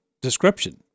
description